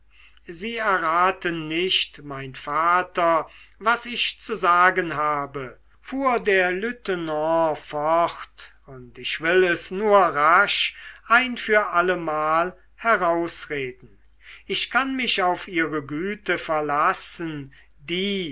sie erraten nicht mein vater was ich zu sagen habe fuhr der lieutenant fort und ich will es nur rasch ein für allemal herausreden ich kann mich auf ihre güte verlassen die